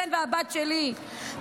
הבן והבת שלי,